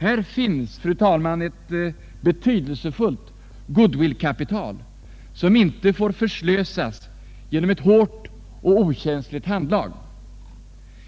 Här finns, fru talman, ett betydelsefullt goodwill-kapital, som inte fär förslösas genom ett hårt och okänsligt handlag.